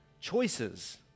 Choices